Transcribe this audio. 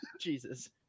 Jesus